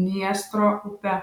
dniestro upe